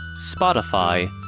Spotify